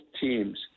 teams